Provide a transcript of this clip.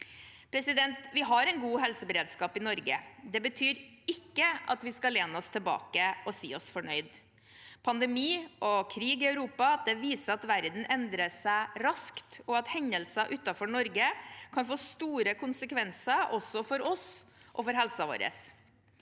særskilt. Vi har en god helseberedskap i Norge. Det betyr ikke at vi skal lene oss tilbake og si oss fornøyd. Pandemi og krig i Europa viser at verden endrer seg raskt, og at hendelser utenfor Norge kan få store konsekvenser også for oss og for helsen vår.